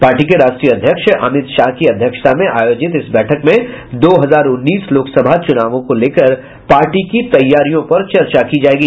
party के राष्ट्रीय अध्यक्ष अमित शाह की अध्यक्षता में आयोजित इस बैठक में दो हजार उन्नीस लोकसभा चुनावों को लेकर पार्टी की तैयारियों पर चर्चा की जायेगी